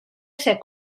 ser